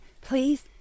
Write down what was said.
please